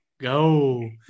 go